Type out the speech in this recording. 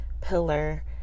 pillar